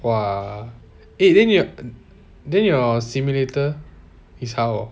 !wah! eh then you then your simulator how